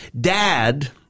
dad—